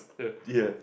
the ya